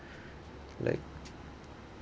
like